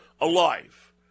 alive